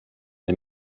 les